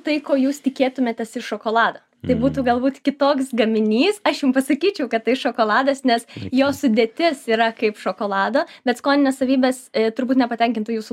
tai ko jūs tikėtumėtės iš šokolado tai būtų galbūt kitoks gaminys aš jum pasakyčiau kad tai šokoladas nes jo sudėtis yra kaip šokolado bet skoninės savybės turbūt nepatenkintų jūsų